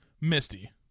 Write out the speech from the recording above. Misty